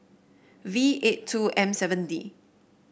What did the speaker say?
V eight two M seven D